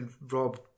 Rob